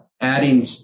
adding